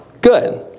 Good